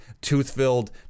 tooth-filled